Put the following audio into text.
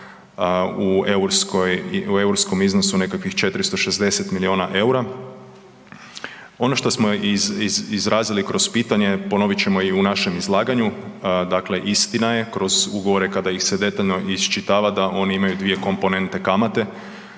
u europskom iznosu nekakvih 460 milijuna eura. Ono što smo izrazili kroz pitanje, ponovit ćemo i u našem izlaganju, dakle istina je, kroz ugovore kada ih se detaljno iščitava, da oni imaju dvije komponente kamate,